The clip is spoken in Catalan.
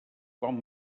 quan